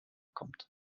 kommt